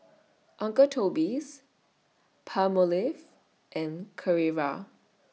Uncle Toby's Palmolive and Carrera